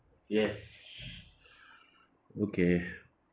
yes okay